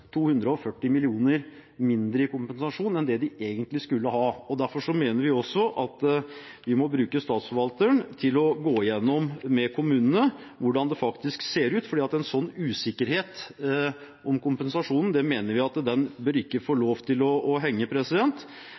240 mill. kr mindre i kompensasjon enn det de egentlig skulle ha. Derfor mener vi at vi må bruke Statsforvalteren til å gå gjennom med kommunene hvordan det faktisk ser ut, for en sånn usikkerhet om kompensasjonen mener vi ikke bør få lov til å henge.